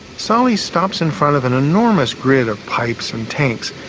sahli stops in front of an enormous grid of pipes and tanks.